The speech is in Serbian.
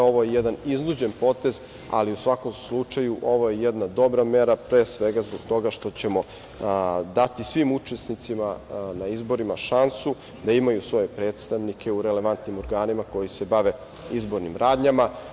Ovo je jedan iznuđen potez, ali u svakom slučaju, ovo je jedna dobra mera, pre svega zbog toga što ćemo dati svim učesnicima na izborima šansu da imaju svoje predstavnike u relevantnim organima koji se bave izbornim radnjama.